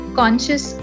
conscious